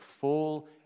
full